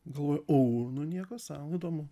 galvoju ou nu nieko sau įdomu